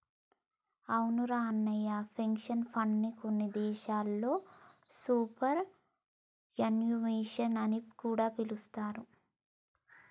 అవునురా అన్నయ్య పెన్షన్ ఫండ్ని కొన్ని దేశాల్లో సూపర్ యాన్యుమేషన్ అని కూడా పిలుస్తారు